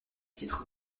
titre